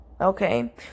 okay